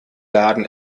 laden